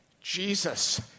Jesus